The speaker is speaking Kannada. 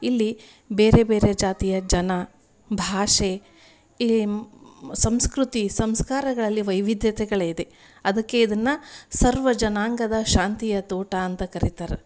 ಇಲ್ಲಿ ಬೇರೆ ಬೇರೆ ಜಾತಿಯ ಜನ ಭಾಷೆ ಈ ಸಂಸ್ಕೃತಿ ಸಂಸ್ಕಾರಗಳಲ್ಲಿ ವೈವಿಧ್ಯತೆಗಳಿದೆ ಅದಕ್ಕೆ ಇದನ್ನು ಸರ್ವಜನಾಂಗದ ಶಾಂತಿಯ ತೋಟ ಅಂತ ಕರಿತಾರೆ